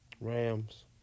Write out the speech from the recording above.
Rams